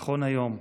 נכון היום.